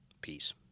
Peace